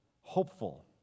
hopeful